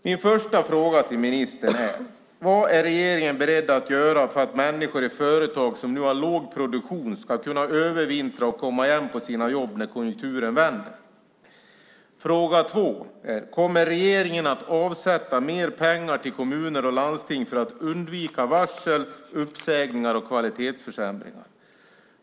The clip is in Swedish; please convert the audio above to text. Min första fråga till ministern är: Vad är regeringen beredd att göra för att människor i företag som nu har låg produktion ska kunna övervintra och komma igen på sina jobb när konjunkturen vänder? Fråga 2 är: Kommer regeringen att avsätta mer pengar till kommuner och landsting för att undvika varsel, uppsägningar och kvalitetsförsämringar?